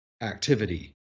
activity